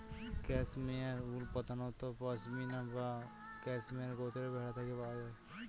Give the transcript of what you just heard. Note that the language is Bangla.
ক্যাশমেয়ার উল প্রধানত পসমিনা বা ক্যাশমেয়ার গোত্রের ভেড়া থেকে পাওয়া যায়